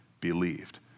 believed